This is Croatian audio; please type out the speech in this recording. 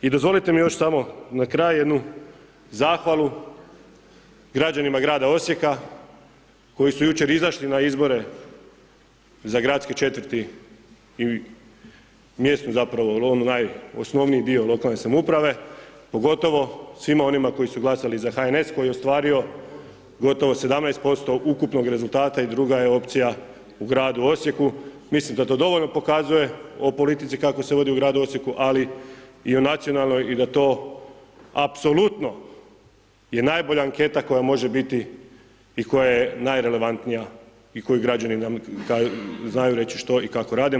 I dozvolite mi još samo na kraju jednu zahvalu građanima grada Osijeka koji su jučer izašli na izbore za gradske četvrti i mjesnu zapravo, onaj najosnovniji dio lokalne samouprave pogotovo svima onima koji su glasali za HNS koji je ostvario gotovo 17% ukupnog rezultata i druga je opcija u gradu Osijeku, mislim da to dovoljno pokazuje o politici kako se vodi u gradu Osijeku ali i u nacionalnoj i da to apsolutno je najbolja anketa koja može biti i koja je najrelevantnija i koju građani nam znaju reći što i kako radimo.